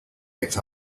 picked